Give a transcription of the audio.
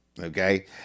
Okay